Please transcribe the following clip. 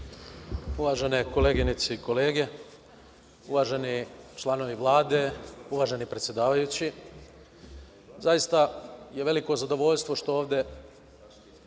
Uvažene koleginice i kolege, uvaženi članovi Vlade, uvaženi predsedavajući, zaista je veliko zadovoljstvo što ovde